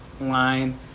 line